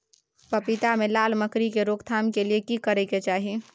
पपीता मे लाल मकरी के रोक थाम के लिये की करै के चाही?